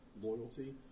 loyalty